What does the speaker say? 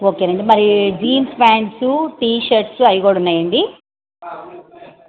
ఓకేనండి మరి jeans pants T-shirts అయి కూడా ఉన్నాయండి